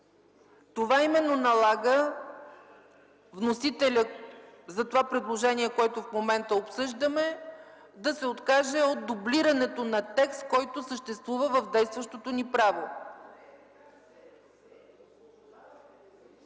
Това именно налага вносителят на предложението, което обсъждаме в момента, да се откаже от дублирането на текст, който съществува в действащото ни право.